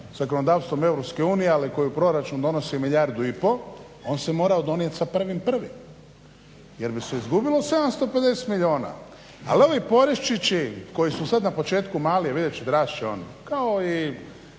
zakonodavstvom EU ali koji u proračun donosi milijardu i pol on se morao donijeti sa 1.1. jer bi se izgubili 750 milijuna. Ali ovi poreščići koji su sada na početku mali ali vidjet ćete rast će oni kao i